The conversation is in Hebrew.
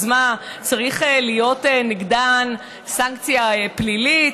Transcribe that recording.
אז מה, צריכה להיות נגדן סנקציה פלילית?